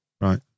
right